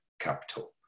capital